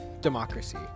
democracy